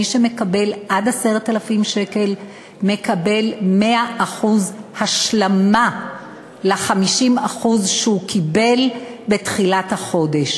מי שמקבל עד 10,000 שקל מקבל 100% השלמה ל-50% שהוא קיבל בתחילת החודש.